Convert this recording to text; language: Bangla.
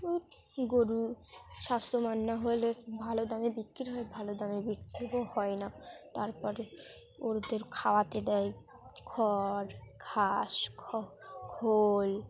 ও গরু স্বাস্থ্যবান না হলে ভালো দামে বিক্রি হয় ভালো দামে বিক্রিও হয় না তার পরে ওদের খাওয়াতে দেয় খড় ঘাস খোল